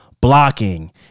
blocking